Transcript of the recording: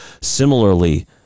Similarly